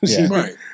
right